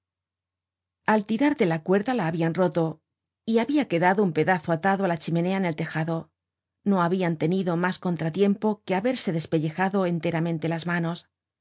al tirar de la cuerda la habian roto y habia quedado un pedazo atado á la chimenea en el tejado no habian tenido mas contratiempo que haberse despellejado enteramente las manos